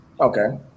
Okay